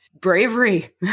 bravery